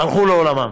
הלכו לעולמם.